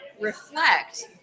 reflect